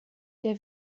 der